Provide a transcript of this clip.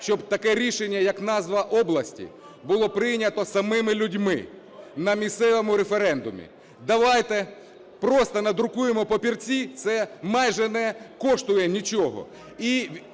щоб таке рішення, як назва області, було прийнято самими людьми на місцевому референдумі. Давайте просто надрукуємо папірці - це майже не коштує нічого,